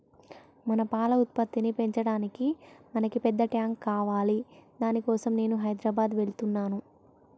మన పాల ఉత్పత్తిని పెంచటానికి మనకి పెద్ద టాంక్ కావాలి దాని కోసం నేను హైదరాబాద్ వెళ్తున్నాను